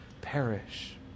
perish